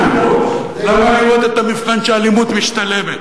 למה לראות את המבחן שהאלימות משתלמת,